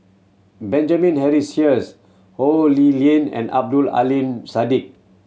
Benjamin Henry Sheares Ho Lee Ling and Abdul Aleem Siddique